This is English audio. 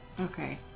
Okay